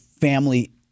family